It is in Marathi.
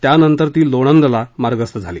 त्यानंतर ती लोणंदला मार्गस्थ झाली